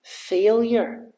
Failure